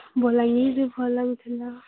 ବାଲାଙ୍ଗୀର୍ ଭଲ୍ ଲାଗୁଥିଲା